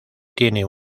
tiene